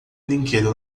brinquedo